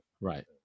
Right